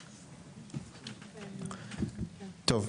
טוב.